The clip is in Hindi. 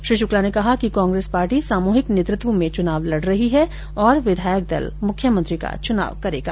श्री शुक्ला ने कहा कि कांग्रेस पार्टी सामूहिक नेतृत्व में चुनाव लड रही है और विधायक दल मुख्यमंत्री का चुनाव करेगा